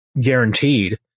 guaranteed